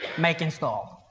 make install.